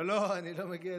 לא, לא, אני לא מגיע.